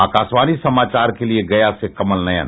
आकाशवाणी समाचार के लिये गया से कमल नयन